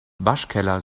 waschkeller